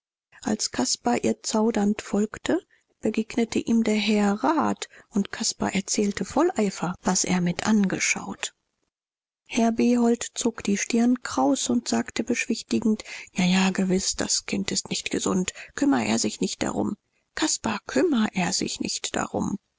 als caspar ihr zaudernd folgte begegnete ihm der herr rat und caspar erzählte voll eifer was er mitangeschaut herr behold zog die stirn kraus und sagte beschwichtigend ja ja gewiß das kind ist nicht gesund kümmer er sich nicht darum caspar kümmer er sich nicht darum